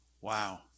Wow